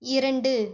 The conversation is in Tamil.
இரண்டு